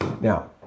Now